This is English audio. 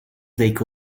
take